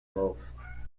lough